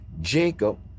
Jacob